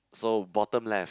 so bottom left